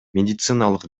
медициналык